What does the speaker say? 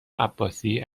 عباسی